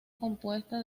compuesta